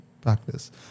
practice